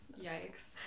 Yikes